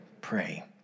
Pray